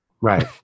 Right